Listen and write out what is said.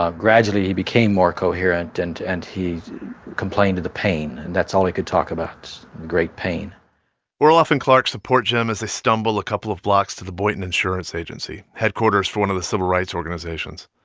ah gradually, he became more coherent, and and he complained of the pain. and that's all he could talk about great pain orloff and clark support jim as they stumble a couple of blocks to the boynton insurance agency, headquarters for one of the civil rights organizations.